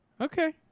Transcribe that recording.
Okay